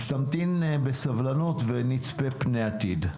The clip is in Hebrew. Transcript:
אז תמתין בסבלנות ונצפה פני עתיד.